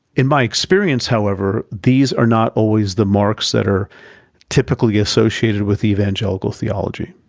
in my experience, however, these are not always the marks that are typically associated with evangelical theology.